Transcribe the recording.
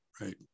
right